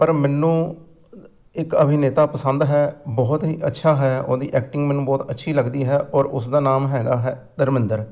ਪਰ ਮੈਨੂੰ ਇੱਕ ਅਭਿਨੇਤਾ ਪਸੰਦ ਹੈ ਬਹੁਤ ਹੀ ਅੱਛਾ ਹੈ ਉਹਦੀ ਐਕਟਿੰਗ ਮੈਨੂੰ ਬਹੁਤ ਅੱਛੀ ਲੱਗਦੀ ਹੈ ਔਰ ਉਸ ਦਾ ਨਾਮ ਹੈਗਾ ਹੈ ਧਰਮਿੰਦਰ